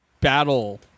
Battle